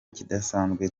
kidasanzwe